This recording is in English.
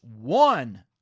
one